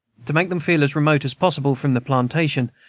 to make them feel as remote as possible from the plantation,